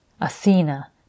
Athena